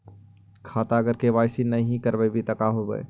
खाता अगर के.वाई.सी नही करबाए तो का होगा?